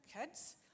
kids